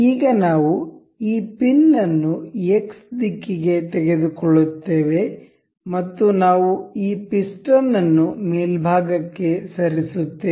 ಈಗ ನಾವು ಈ ಪಿನ್ ಅನ್ನು ಎಕ್ಸ್ ದಿಕ್ಕಿಗೆ ತೆಗೆದುಕೊಳ್ಳುತ್ತೇವೆ ಮತ್ತು ನಾವು ಈ ಪಿಸ್ಟನ್ ಅನ್ನು ಮೇಲ್ಭಾಗಕ್ಕೆ ಸರಿಸುತ್ತೇವೆ